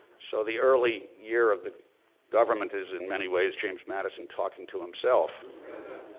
so, the early year of the government is, in many ways, james madison talking to himself.